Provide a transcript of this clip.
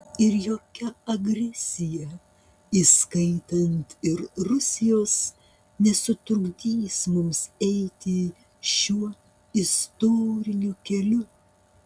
ir jokia agresija įskaitant ir rusijos nesutrukdys mums eiti šiuo istoriniu keliu